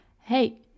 hey